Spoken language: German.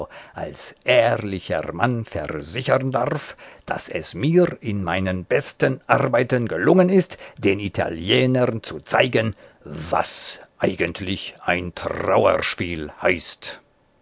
als ehrlicher mann versichern darf daß es mir in meinen besten arbeiten gelungen ist den italienern zu zeigen was eigentlich ein trauerspiel heißt